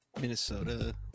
Minnesota